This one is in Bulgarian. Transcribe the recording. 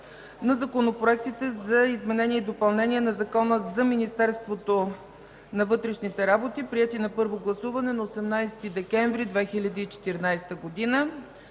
на законопроектите за изменение и допълнение на Закона за Министерството на вътрешните работи, приети на първо гласуване на 18 декември 2014 г.